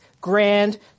grand